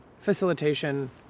Facilitation